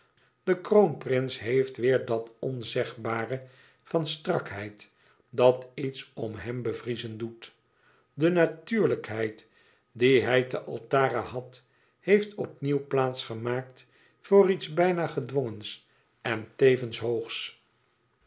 de kroonprins heeft weêr dat onzegbare van strakheid dat iets om hem bevriezen doet de natuurlijkheid die hij te altara had heeft opnieuw plaats gemaakt voor iets bijna gedwongens en tevens hoogs